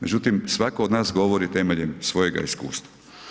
Međutim, svatko od nas govori temeljem svojega iskustva.